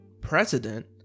president